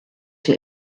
der